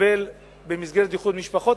במסגרת איחוד משפחות,